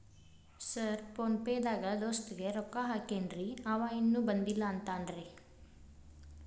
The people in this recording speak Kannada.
ಸರ್ ಫೋನ್ ಪೇ ದಾಗ ದೋಸ್ತ್ ಗೆ ರೊಕ್ಕಾ ಹಾಕೇನ್ರಿ ಅಂವ ಇನ್ನು ಬಂದಿಲ್ಲಾ ಅಂತಾನ್ರೇ?